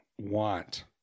want